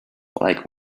like